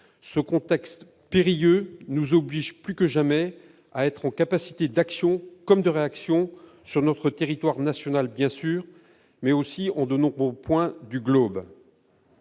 Ce contexte périlleux nous oblige plus que jamais à être en capacité d'action et de réaction sur notre territoire national, bien sûr, mais aussi en de nombreux points du globe.